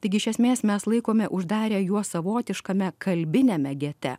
taigi iš esmės mes laikome uždarę juos savotiškame kalbiniame gete